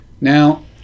Now